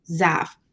Zaf